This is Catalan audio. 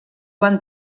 van